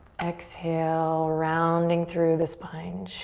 exhale, rounding through the spine.